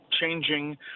changing